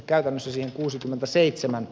le veyspiiriin